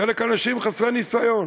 חלק מהאנשים חסרי ניסיון.